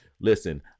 listen